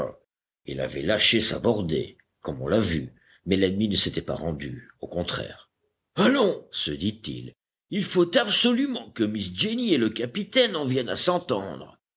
il avait lâché sa bordée comme on l'a vu mais l'ennemi ne s'était pas rendu au contraire allons se dit-il il faut absolument que miss jenny et le capitaine en viennent à